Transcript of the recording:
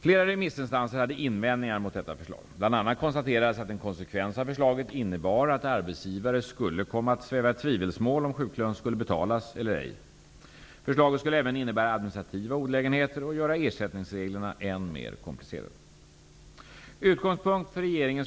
Flera remissinstanser hade invändningar mot detta förslag. Bl.a. konstaterades att en konsekvens av förslaget innebar att arbetsgivare skulle komma att sväva i tvivelsmål om sjuklön skulle betalas eller ej. Förslaget skulle även innebära administrativa olägenheter och göra ersättningsreglerna än mer komplicerade.